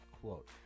quote